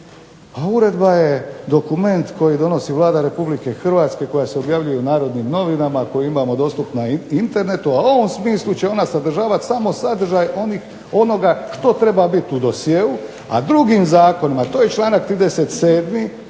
Pa uredba je dokument koji donosi Vlada Republike Hrvatske koja se objavljuje u "Narodnim novinama", koju imamo dostup na internetu, a u ovom smislu će ona sadržavati samo sadržaj onoga što treba biti u dosjeu, a drugim zakonima to je članak 37.